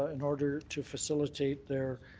in order to facilitate their